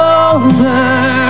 over